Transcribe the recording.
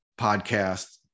podcast